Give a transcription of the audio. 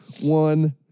one